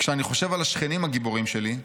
כשאני חושב על השכנים הגיבורים שלי,